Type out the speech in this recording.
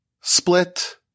split